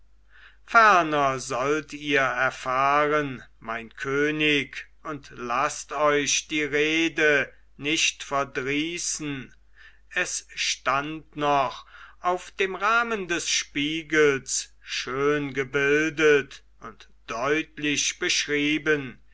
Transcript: ferner sollt ihr erfahren mein könig und laßt euch die rede nicht verdrießen es stand noch auf dem rahmen des spiegels schön gebildet und deutlich beschrieben